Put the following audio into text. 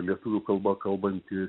lietuvių kalba kalbanti